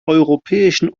europäischen